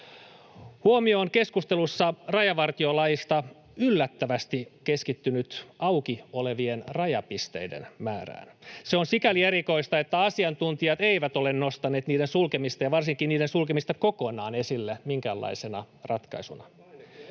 Huomio keskustelussa rajavartiolaista on yllättävästi keskittynyt auki olevien rajapisteiden määrään. Se on sikäli erikoista, että asiantuntijat eivät ole nostaneet niiden sulkemista ja varsinkaan niiden sulkemista kokonaan esille minkäänlaisena ratkaisuna.